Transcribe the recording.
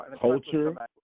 Culture